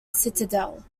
citadel